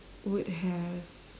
would have